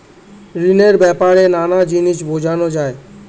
ঋণের ব্যাপারে নানা জিনিস বোঝানো যায়